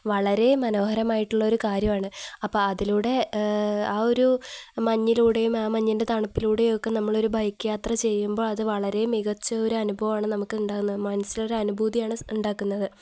വളരെ മനോഹരമായിട്ടുള്ളൊരു കാര്യമാണ് അപ്പോള് അതിലൂടെ ആ ഒരു മഞ്ഞിലൂടെയും ആ മഞ്ഞിൻ്റെ തണുപ്പിലൂടെയും ഒക്കെ നമ്മളൊരു ബൈക്ക് യാത്ര ചെയ്യുമ്പോള് അത് വളരെ മികച്ച ഒരനുഭവമാണു നമുക്ക് ഉണ്ടാക്കുന്നത് മനസ്സിലൊരു അനുഭൂതിയാണ് ഉണ്ടാക്കുന്നത്